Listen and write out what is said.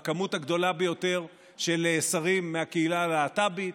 במספר הגדול ביותר של שרים מהקהילה הלהט"בית.